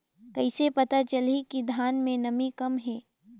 कइसे पता चलही कि धान मे नमी कम हे?